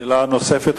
שאלה נוספת.